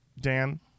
Dan